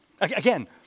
Again